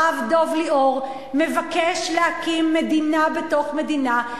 הרב דב ליאור מבקש להקים מדינה בתוך מדינה,